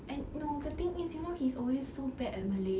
and you know the thing is you know he's always so bad at malay